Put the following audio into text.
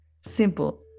simple